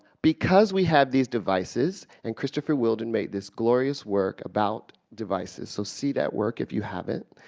because we have these devices and christopher wheeldon made this glorious work about devices so see that work if you haven't.